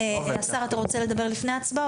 השר, אתה רוצה לדבר לפני ההצבעה?